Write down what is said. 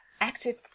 active